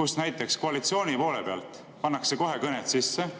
kus näiteks koalitsiooni poole pealt pannakse kohe kõned sisse.